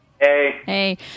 Hey